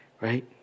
right